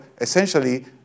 essentially